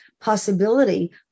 possibility